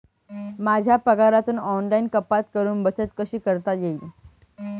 माझ्या पगारातून ऑनलाइन कपात करुन बचत कशी करता येईल?